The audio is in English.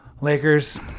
Lakers